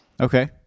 Okay